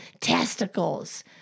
Testicles